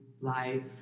life